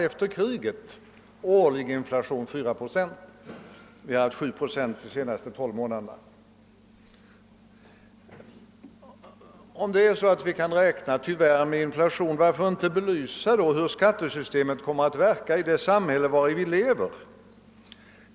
Under de senaste 12 månaderna har dock prisstegringen uppgått till 7 procent. Om vi tyvärr måste räkna med en framtida inflation kan man fråga sig varför socialdemokraterna inte belyser hur skattesystemet kommer att verka i det inflationssamhälle vari vi lever.